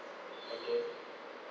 okay